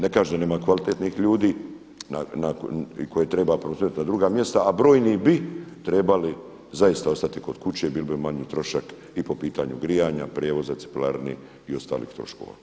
Ne kažem, da nema kvalitetnih ljudi i koje treba preusmjeriti na druga mjesta, a brojni bi trebali zaista ostati kod kuće i bio bi manji trošak i po pitanju grijanja, prijevoza, … [[ne razumije se]] i ostalih troškova.